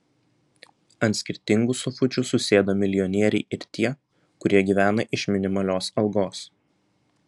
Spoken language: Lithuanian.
ant skirtingų sofučių susėdo milijonieriai ir tie kurie gyvena iš minimalios algos